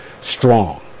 strong